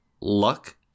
luck